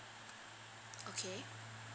okay